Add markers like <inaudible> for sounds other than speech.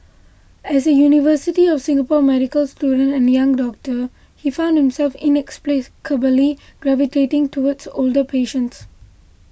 as a University of Singapore medical student and young doctor he found himself in <unintelligible> gravitating towards older patients